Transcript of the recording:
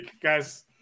guys